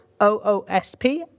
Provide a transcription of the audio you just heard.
OOSP